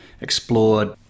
explored